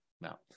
now